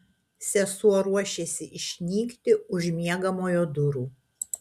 sesuo ruošėsi išnykti už miegamojo durų